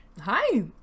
Hi